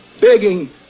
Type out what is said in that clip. begging